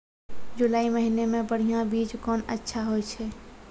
जुलाई महीने मे बढ़िया बीज कौन अच्छा होय छै?